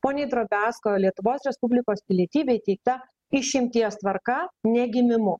poniai dropesko lietuvos respublikos pilietybė įteikta išimties tvarka ne gimimu